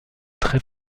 très